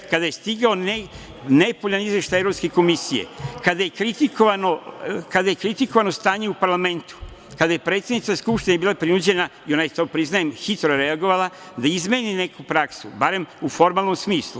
Kada je stigao nepovoljan izveštaj Evropske komisije, kada je kritikovano stanje u parlamentu, kada je predsednica Skupštine bila prinuđena i ona je, priznajem, hitro reagovala, da izmeni neku praksu, barem u formalnom smislu.